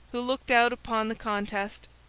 who looked out upon the contest,